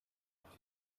off